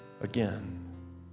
again